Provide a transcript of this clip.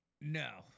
No